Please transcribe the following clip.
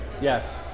Yes